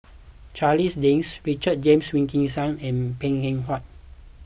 Charles Dyce Richard James Wilkinson and Png Eng Huat